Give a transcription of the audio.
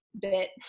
bit